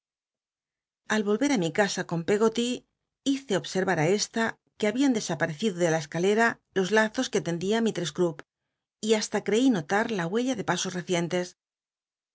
al yolret á mi casa con pcggoty hice obset a ü esta que habían dcsap uecido de la escalera los lazos que tendía misttcss cntpp y basta ctcí not u la huella de pasos recientes